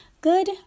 good